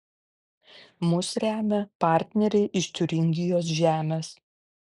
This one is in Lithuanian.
mus remia partneriai iš tiuringijos žemės